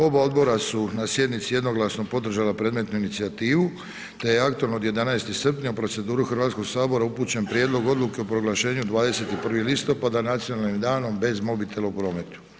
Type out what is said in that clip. Oba odbora su na sjednici jednoglasno podržala predmetnu inicijativu te je aktom od 11. srpnja u proceduru Hrvatskog sabora upućen prijedlog Odluke o proglašenju 21. listopada Nacionalnim danom bez mobitela u prometu.